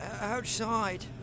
Outside